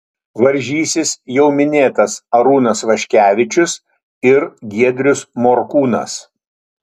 varžysis jau minėtas arūnas vaškevičius ir giedrius morkūnas